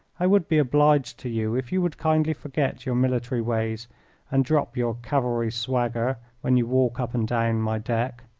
i would be obliged to you if you would kindly forget your military ways and drop your cavalry swagger when you walk up and down my deck.